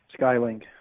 Skylink